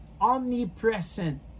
omnipresent